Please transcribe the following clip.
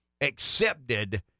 accepted